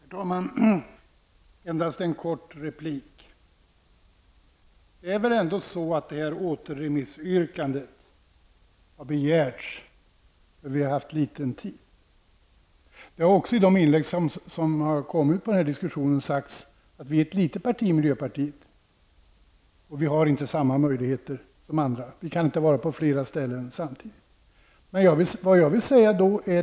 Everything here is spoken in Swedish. Herr talman! Endast en kort replik. Återremissyrkandet har väl ändå begärts därför vi har haft för litet tid på oss. Det har också sagts från miljöpartiet i den här diskussionen att miljöpartiet är ett litet parti som inte har samma möjligheter som andra partier. Vi kan inte vara på flera ställen samtidigt, har miljöpartiets företrädare sagt.